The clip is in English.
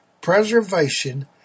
preservation